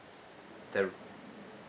the